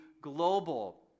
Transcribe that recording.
global